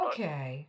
Okay